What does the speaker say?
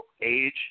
Age